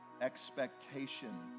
expectation